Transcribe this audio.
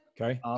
Okay